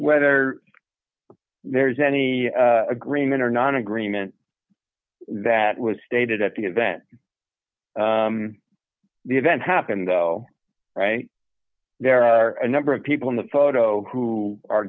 whether there is any agreement or not agreement that was stated at the event the event happened though right there are a number of people in the photo who are